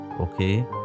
okay